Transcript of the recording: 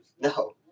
No